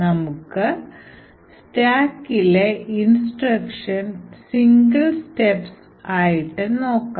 നമുക്ക് stackലെ instruction single steps ആയിട്ട് നോക്കാം